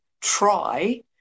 try